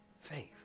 faith